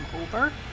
over